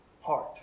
heart